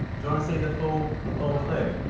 you want to see the full the full thing?